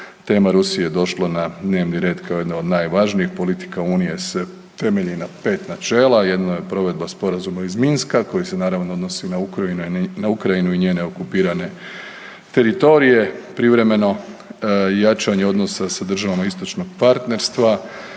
tema Rusije je došla na dnevni red kao jedna od najvažnijih. Politika unija se temelji na 5 načela. Jedna je provedba Sporazuma iz Minska koji se naravno odnosi na Ukrajinu i njene okupirane teritorije, privremeno jačanje odnosa sa državama istočnog partnerstva,